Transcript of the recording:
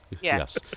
yes